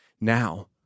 now